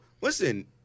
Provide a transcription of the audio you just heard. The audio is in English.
listen